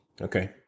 Okay